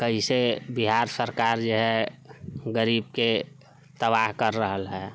कइसे बिहार सरकार जे हइ गरीबके तबाह करि रहल हइ